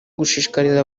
gushishikariza